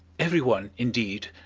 every one, indeed,